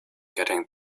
getting